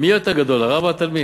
מי יותר גדול, הרב או התלמיד?